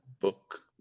book